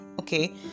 Okay